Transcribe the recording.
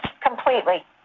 Completely